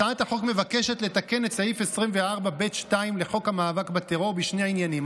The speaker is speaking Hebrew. הצעת החוק מבקשת לתקן סעיף 24(ב)(2) לחוק המאבק בטרור בשני עניינים.